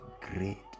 great